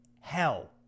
hell